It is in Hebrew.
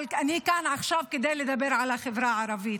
אבל אני כאן עכשיו כדי לדבר על החברה הערבית.